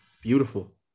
beautiful